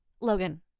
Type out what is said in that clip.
Logan